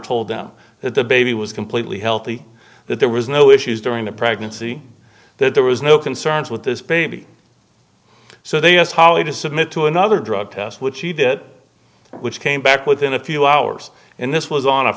told them that the baby was completely healthy that there was no issues during the pregnancy that there was no concerns with this baby so they asked holly to submit to another drug test which she did which came back within a few hours and this was on a